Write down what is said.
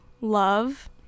love